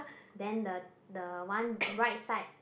then the the one right side